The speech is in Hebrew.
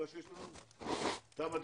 הישיבה ננעלה בשעה 12:10.